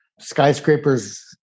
Skyscrapers